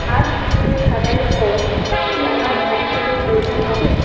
আজ দুপুরের খাবারের পর কি আমার ভারী কোটের প্রয়োজন হবে